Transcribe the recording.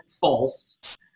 false